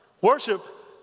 Worship